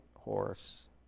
horse